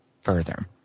further